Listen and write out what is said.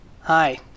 Hi